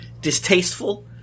distasteful